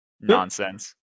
Nonsense